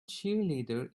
cheerleader